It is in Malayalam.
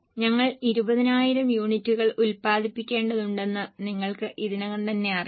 ഞങ്ങൾ 20000 യൂണിറ്റുകൾ ഉത്പാദിപ്പിക്കേണ്ടതുണ്ടെന്ന് നിങ്ങൾക്ക് ഇതിനകം തന്നെ അറിയാം